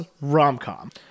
Rom-com